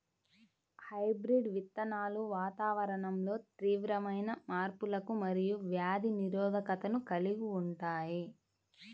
hybrid విత్తనాలు వాతావరణంలో తీవ్రమైన మార్పులకు మరియు వ్యాధి నిరోధకతను కలిగి ఉంటాయి